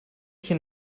hier